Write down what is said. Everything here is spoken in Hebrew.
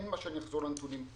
אין סיבה שאני אחזור על הנתונים.